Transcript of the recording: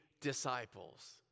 disciples